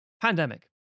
pandemic